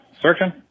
searching